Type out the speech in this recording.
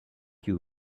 you